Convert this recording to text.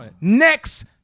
Next